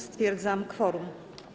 Stwierdzam kworum.